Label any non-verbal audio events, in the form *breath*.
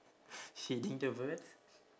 *breath* feeding the bird